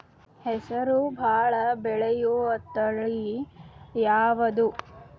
ಹೆಸರು ಭಾಳ ಬೆಳೆಯುವತಳಿ ಯಾವದು?